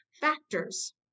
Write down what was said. factors